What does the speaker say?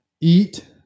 Eat